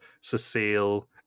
Cecile